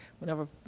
Whenever